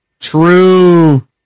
True